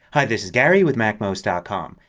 hi, this is gary with macmost ah com.